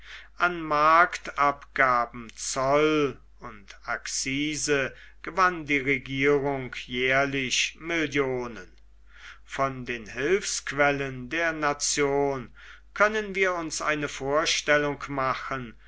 an marktabgaben zoll und accise gewann die regierung jährlich millionen von den hilfsquellen der nation können wir uns eine vorstellung machen